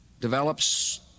develops